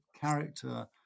character